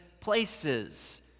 places